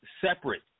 separate